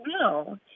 No